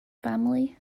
family